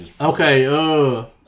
Okay